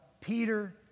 Peter